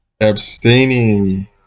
abstaining